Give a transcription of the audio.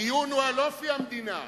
הדיון הוא על אופי המדינה,